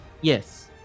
Yes